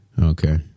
Okay